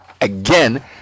again